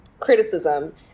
criticism